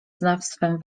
znawstwem